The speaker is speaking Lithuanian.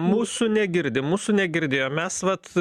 mūsų negirdi mūsų negirdėjo mes vat